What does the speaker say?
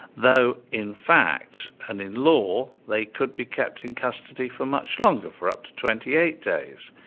though in fact, and in law, they could be kept in custody for much longer, for up to twenty eight days.